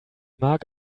mark